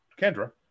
Kendra